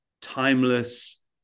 timeless